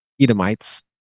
Edomites